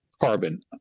carbon